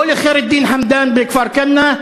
לא לח'יר א-דין חמדאן בכפר-כנא,